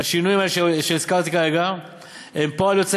והשינויים האלה שהזכרתי כרגע הם פועל יוצא